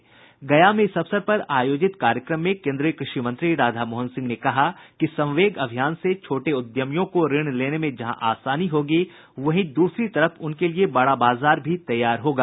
उधर गया में इस अवसर पर आयोजित कार्यक्रम में केन्द्रीय कृषि मंत्री राधामोहन सिंह ने कहा कि संवेग अभियान से छोटे उद्यमियों को ऋण लेने में जहां आसानी होगी वहीं दूसरी तरफ उनके लिए एक बड़ा बाजार भी तैयार होगा